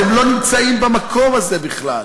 אתם לא נמצאים במקום הזה בכלל.